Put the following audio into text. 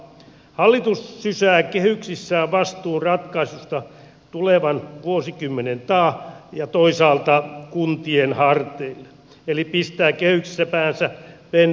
hallitus sysää kehyksissään vastuun ratkaisusta tulevan vuosikymmenen taa ja toisaalta kuntien harteille eli pistää kehyksissä päänsä pensaaseen